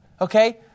okay